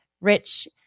Rich